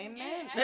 Amen